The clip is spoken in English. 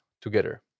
together